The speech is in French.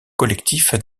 collectifs